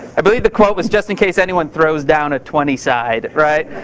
i believe the quote was, just in case anyone throws down a twentyside.